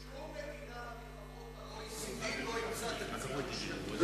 שום מדינה מחברות ה-OECD לא אימצה תקציב דו-שנתי.